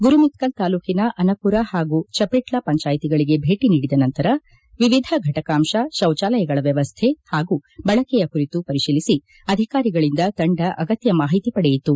ಗುರುಮಿಟ್ಟಲ್ ತಾಲ್ಲೂಕಿನ ಅನಪುರ ಹಾಗೂ ಚಪೆಟ್ಲಾ ಪಂಚಾಯಿತಿಗಳಗೆ ಭೇಟ ನೀಡಿದ ತಂಡ ವಿವಿಧ ಫಟಕಾಂಶ ಶೌಚಾಲಯಗಳ ವ್ಲವಸ್ಥೆ ಹಾಗೂ ಬಳಕೆಯ ಕುರಿತು ಪರಿಶೀಲಿಸಿ ಅಧಿಕಾರಿಗಳಿಂದ ಅಗತ್ಯ ಮಾಹಿತಿ ಪಡೆಯಿತು